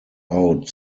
out